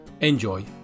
Enjoy